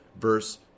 verse